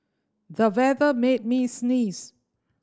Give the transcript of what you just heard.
the weather made me sneeze